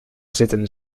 zitten